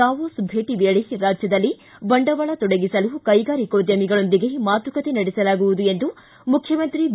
Davos ಭೇಟ ವೇಳೆ ರಾಜ್ಯದಲ್ಲಿ ಬಂಡವಾಳ ತೊಡಗಿಸಲು ಕೈಗಾರಿಕೋದ್ಧಮಿಗಳೊಂದಿಗೆ ಮಾತುಕತೆ ನಡೆಸಲಾಗುವುದು ಎಂದು ಮುಖ್ಯಮಂತ್ರಿ ಬಿ